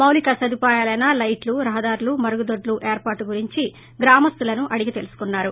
మౌలిక సదుపాయలైన లైట్లురహదారులుమరుగుదొడ్లు ఏర్పాట్లను గురించి గ్రామస్తులను అడిగి తెలుసుకున్నారు